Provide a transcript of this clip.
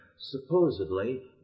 supposedly